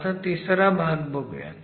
आता तिसरा भाग बघुयात